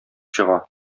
чыга